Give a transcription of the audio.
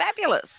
fabulous